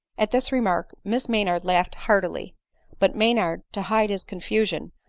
at this remark miss maynard laughed heartily but maynard, to hide his confusion,